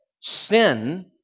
sin